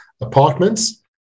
apartments